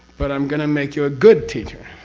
but i'm going make you a good teacher.